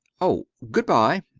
oh! good-bye.